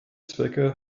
zwecke